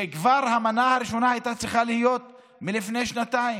המנה הראשונה הייתה צריכה להיות כבר לפני שנתיים,